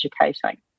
educating